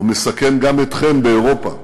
הוא מסכן גם אתכם באירופה.